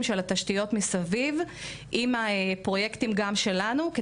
שלנו גם עם הפרויקטים של התשתיות מסביב,